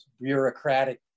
bureaucratic